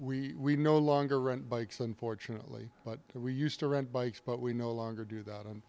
but we no longer rent bikes unfortunately but we used to rent bikes but we no longer do that